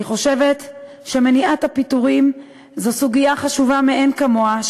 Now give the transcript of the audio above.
אני חושבת שמניעת הפיטורים היא סוגיה חשובה מאין כמוה,